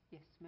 Yes